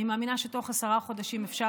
אני מאמינה שבתוך עשרה חודשים אפשר